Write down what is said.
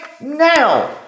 now